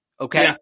Okay